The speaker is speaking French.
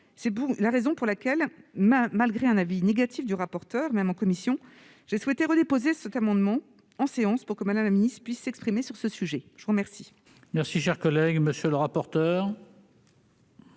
C'est la raison pour laquelle, malgré un avis défavorable du rapporteur en commission, j'ai souhaité déposer cet amendement en séance pour que Mme la ministre puisse s'exprimer sur ce sujet. L'amendement